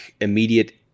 immediate